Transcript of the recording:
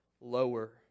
lower